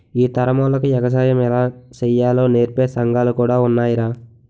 ఈ తరమోల్లకి ఎగసాయం ఎలా సెయ్యాలో నేర్పే సంగాలు కూడా ఉన్నాయ్రా